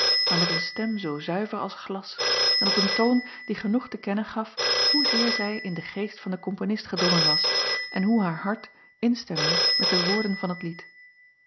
maar met een stem zoo zuiver als glas en op een toon die genoeg te kennen gaf hoezeer zij in den geest van den komponist gedrongen was en hoe haar hart instemde met de woorden van het lied